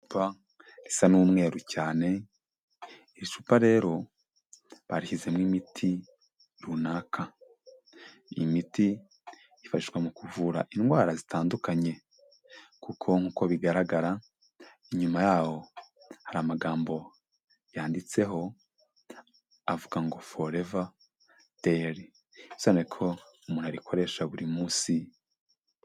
Icupa risa n'umweruru cyane, iri cupa rero, barishyizemo imiti runaka, iyi miti yifashishwa mu kuvura indwara zitandukanye, kuko nk'uko bigaragara, inyuma yaho hari amagambo yanditseho avuga ngo forever daily, bisobanura ko umuntu arikoresha buri munsi.